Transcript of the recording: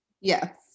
Yes